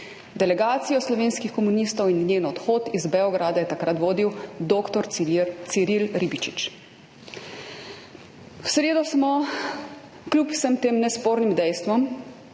Delegacijo slovenskih komunistov in njen odhod iz Beograda je takrat vodil dr. Ciril Ribičič. V sredo smo kljub vsem tem nespornim dejstvom